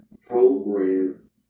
program